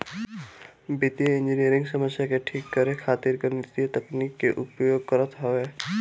वित्तीय इंजनियरिंग समस्या के ठीक करे खातिर गणितीय तकनीकी के उपयोग करत हवे